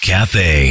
Cafe